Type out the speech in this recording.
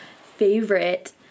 favorite